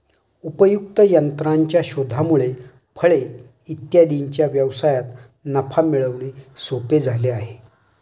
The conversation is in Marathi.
उपयुक्त यंत्राच्या शोधामुळे फळे इत्यादींच्या व्यवसायात नफा मिळवणे सोपे झाले आहे